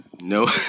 No